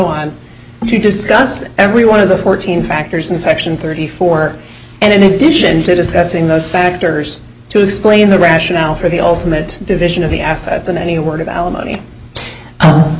on to discuss every one of the fourteen factors in section thirty four and in addition to discussing those factors to explain the rationale for the ultimate division of the assets in any word of alimony